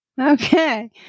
okay